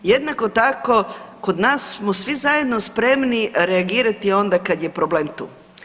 Jednako tako kod nas smo svi zajedno spremni reagirati onda kad je problem tu.